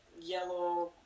yellow